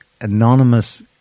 anonymous